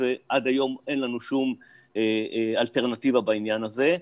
ועד היום אין לנו אלטרנטיבה בעניין הזה.